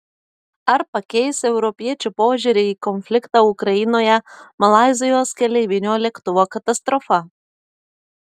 ar pakeis europiečių požiūrį į konfliktą ukrainoje malaizijos keleivinio lėktuvo katastrofa